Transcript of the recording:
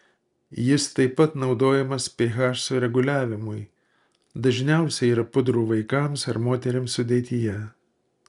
jis taip pat naudojamas ph sureguliavimui dažniausiai yra pudrų vaikams ar moterims sudėtyje